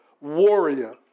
warrior